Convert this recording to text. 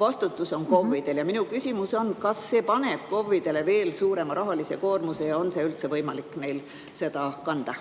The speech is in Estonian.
vastutus on KOV-idel. Minu küsimus on: kas see paneb KOV-idele veel suurema rahalise koormuse ja kas neil on üldse võimalik seda kanda?